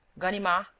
ganimard,